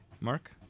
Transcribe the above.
Mark